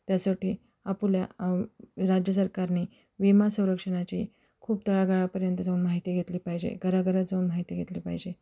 त्यासाठी आपल्या राज्यसरकारने विमा संरक्षणाची खूप तळागळापर्यंत जाऊन माहिती घेतली पाहिजे घराघरात जाऊन माहिती घेतली पाहिजे